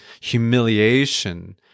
humiliation